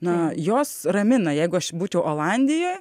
na jos ramina jeigu aš būčiau olandijoj